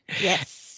Yes